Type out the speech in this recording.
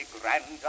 grandeur